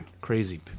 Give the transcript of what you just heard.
Crazy